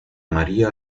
maría